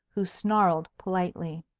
who snarled politely.